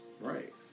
right